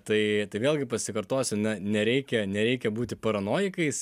tai tai vėlgi pasikartosiu na nereikia nereikia būti paranojikais